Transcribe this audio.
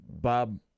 Bob